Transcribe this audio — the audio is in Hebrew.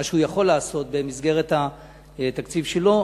מה שהוא יכול לעשות במסגרת התקציב שלו.